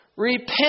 Repent